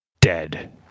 dead